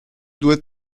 due